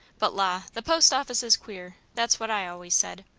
but la! the post office is queer that's what i always said.